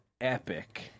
epic